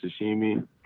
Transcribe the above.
sashimi